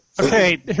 Okay